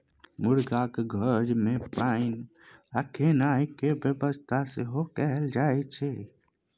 मुरगाक घर मे पानि आ खेनाइ केर बेबस्था सेहो कएल जाइत छै